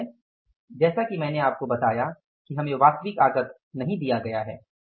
जैसा कि मैंने आपको बताया कि हमे वास्तविक आगत नहीं दिया गया है